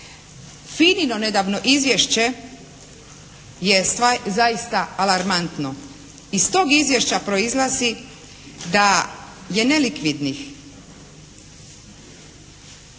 FINA-ino nedavno izvješće je zaista alarmantno. Iz tog izvješća proizlazi da je nelikvidnih, među